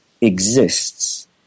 exists